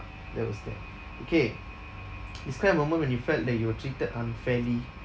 that was that okay describe a moment when you felt that you were treated unfairly